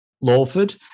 Lawford